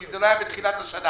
כי זה לא היה בתחילת השנה.